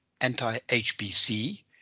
anti-HBC